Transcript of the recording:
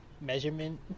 measurement